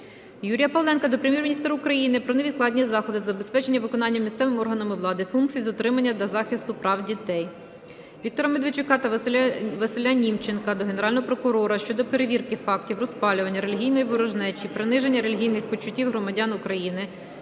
Юрія Павленка до Прем'єр-міністра України про невідкладні заходи з забезпечення виконання місцевими органами влади функцій з дотримання та захисту прав дитини. Віктора Медведчука та Василя Німченка до Генерального прокурора щодо перевірки фактів розпалювання релігійної ворожнечі, приниження релігійних почуттів громадян України